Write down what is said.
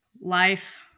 life